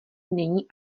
není